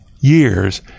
years